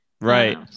right